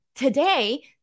Today